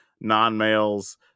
non-males